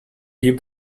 gift